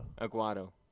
Aguado